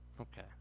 Okay